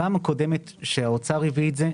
בפעם הקודמת שהאוצר הביא את זה,